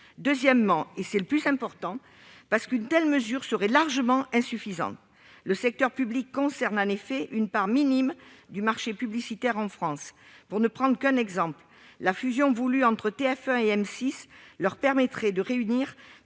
Deuxièmement, plus grave encore, une telle mesure serait largement insuffisante. Le secteur public ne représente en effet qu'une part minime du marché publicitaire en France. Pour ne prendre qu'un exemple, la fusion voulue entre TF1 et M6 permettrait à ce